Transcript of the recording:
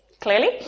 Clearly